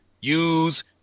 use